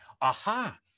Aha